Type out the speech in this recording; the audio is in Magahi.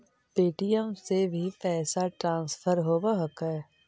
पे.टी.एम से भी पैसा ट्रांसफर होवहकै?